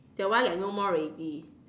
that one like no more already